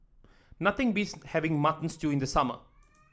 nothing beats having Mutton Stew in the summer